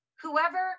Whoever